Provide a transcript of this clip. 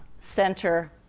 center